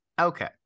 okay